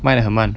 卖得很慢